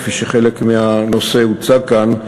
כפי שחלק מהנושא הוצג כאן,